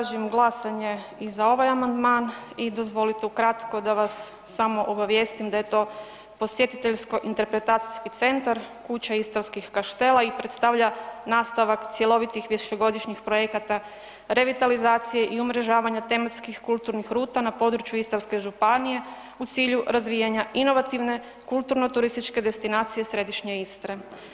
Tražim glasanje i za ovaj amandman i dozvolite ukratko samo da vas obavijestim da je to prosvjetiteljsko interpretacijski centar Kuća istarskih kaštela i predstavlja nastavak cjelovitih višegodišnjih projekata revitalizacije i umrežavanja tematskih kulturnih ruta na području Istarske županije u cilju razvijanja inovativne, kulturno-turističke destinacije središnje Istre.